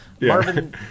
Marvin